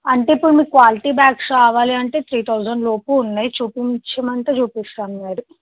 అంటే ఇప్పుడు మీకు క్వాలిటీ బ్యాగ్స్ కావాలి అంటే త్రీ థౌజండ్ లోపు ఉన్నాయి చూపించమంటే చూపిస్తాను మరి